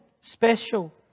special